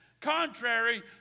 contrary